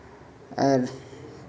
ᱟᱨ